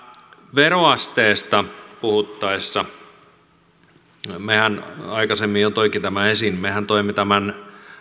veroasteesta puhuttaessa aikaisemmin jo toinkin tämän esiin että mehän toimme tämän